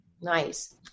Nice